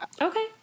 Okay